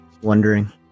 Wondering